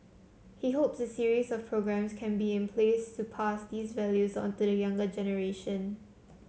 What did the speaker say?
he hopes a series of programmes can be in place to pass these values on to the younger generation